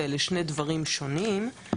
ואלה שני דברים שונים,